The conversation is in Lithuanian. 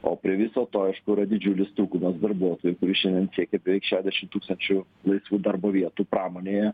o prie viso to aišku yra didžiulis trūkumas darbuotojų kuris šiandien siekia beveik šešiasdešim tūkstančių laisvų darbo vietų pramonėje